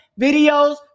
videos